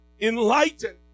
enlightened